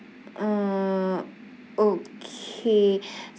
uh okay